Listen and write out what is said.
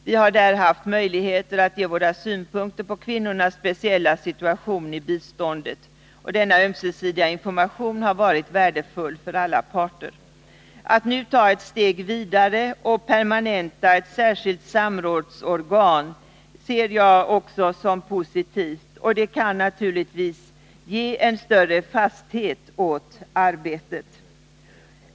Vi har där haft möjligheter att ge våra synpunkter på kvinnornas speciella situation och behov av bistånd, och denna ömsesidiga information har varit värdefull för alla parter. Att nu ta ett steg vidare och permanenta ett särskilt samrådsorgan ser jag också som positivt, och det kan naturligtvis ge en större fasthet åt arbetet.